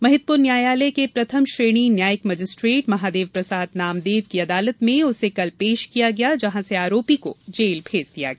महिदपुर न्यायालय के प्रथम श्रेणी न्यायिक मजिस्ट्रेट महादेव प्रसाद नामदेव की अदालत में उसे कल पेश किया जहां से आरोपी को जेल भेज दिया गया